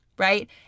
right